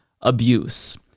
abuse